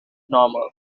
normal